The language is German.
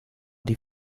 die